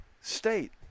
state